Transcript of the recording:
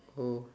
oh